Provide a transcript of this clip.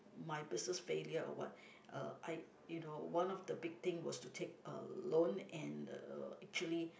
my business failure or what uh I you know one of the big thing was to take uh loan and uh actually